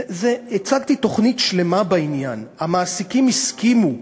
הצגתי תוכנית שלמה בעניין, המעסיקים הסכימו,